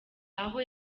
aho